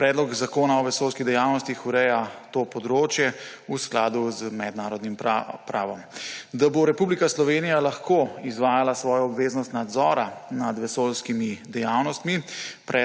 Predlog zakona o vesoljskih dejavnostih ureja to področje v skladu z mednarodnim pravom. Da bo Republika Slovenija lahko izvajala svojo obveznost nadzora nad vesoljskimi dejavnostmi,